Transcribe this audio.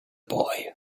boy